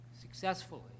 successfully